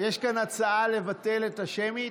יש כאן הצעה לבטל את השמית.